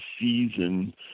season